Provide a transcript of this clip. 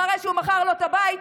אחרי שהוא מכר לו את הבית,